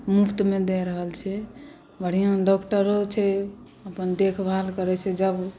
मुफ्तमे दऽ रहल छै बढ़िआँ डॉक्टरो छै अपन देखभाल करैत छै जब